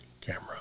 camera